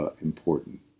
important